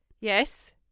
Yes